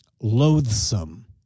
loathsome